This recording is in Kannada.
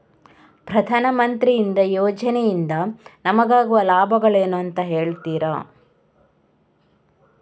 ಪ್ರಧಾನಮಂತ್ರಿ ಯೋಜನೆ ಇಂದ ನಮಗಾಗುವ ಲಾಭಗಳೇನು ಅಂತ ಹೇಳ್ತೀರಾ?